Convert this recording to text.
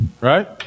right